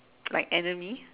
like enemy